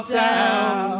down